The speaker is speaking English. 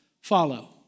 follow